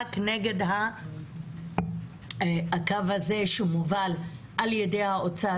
המאבק נגד הקו הזה שמובל על-ידי האוצר